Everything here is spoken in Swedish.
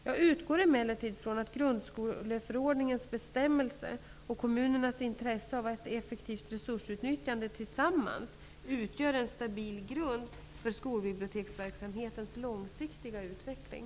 Jag utgår emellertid från att grundskoleförordningens bestämmelse och kommunernas intresse av ett effektivt resursutnyttjande tillsammans utgör en stabil grund för skolbiblioteksverksamhetens långsiktiga utveckling.